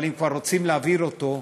אבל אם כבר רוצים להעביר אותו,